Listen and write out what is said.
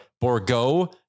Borgo